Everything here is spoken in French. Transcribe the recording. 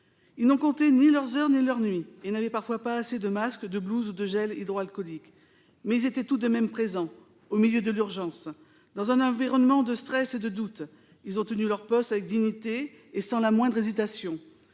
Ils n'ont compté ni leurs heures ni leur nuit et n'avaient parfois pas assez de masques, de blouses ou de gel hydroalcoolique. Mais ils étaient tout de même présents. Au milieu de l'urgence, dans un environnement de stress et de doute, ils ont tenu leur poste avec dignité et sans la moindre hésitation,